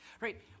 Right